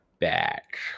back